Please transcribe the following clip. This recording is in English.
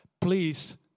please